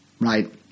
right